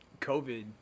COVID